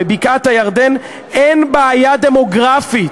בבקעת-הירדן אין בעיה דמוגרפית.